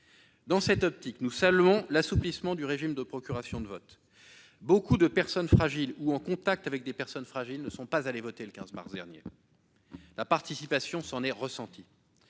Dans cette optique, nous saluons l'assouplissement du régime de procuration de vote. Beaucoup de personnes fragiles, ou en contact avec des personnes fragiles, ne sont pas allées voter le 15 mars dernier. La participation s'en était ressentie.